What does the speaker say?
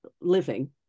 living